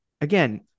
again